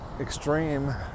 extreme